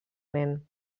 nen